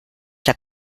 der